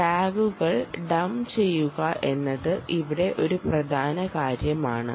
ടാഗുകൾ ഡoപ് ചെയ്യുക എന്നത് ഇവിടെ ഒരു പ്രധാന കാര്യമാണ്